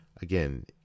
Again